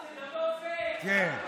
לא, זה גם לא פייר, כן.